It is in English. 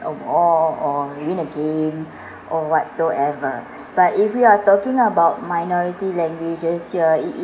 a war or you win a game or whatsoever but if we are talking about minority languages here it is